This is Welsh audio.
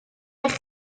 eich